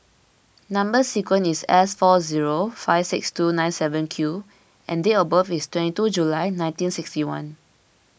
Number Sequence is S four zero five six two nine seven Q and date of birth is twenty two July nineteen sixty one